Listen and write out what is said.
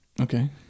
Okay